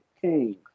king